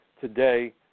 today